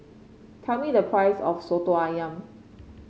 tell me the price of soto ayam